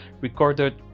recorded